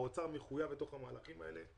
האוצר מחויב בתוך המהלכים האלה.